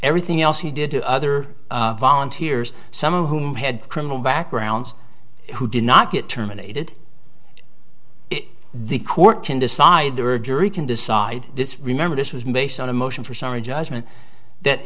everything else he did to other volunteers some of whom had criminal backgrounds who did not get terminated if the court can decide there a jury can decide this remember this was mason a motion for summary judgment that